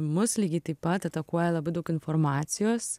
mus lygiai taip pat atakuoja labai daug informacijos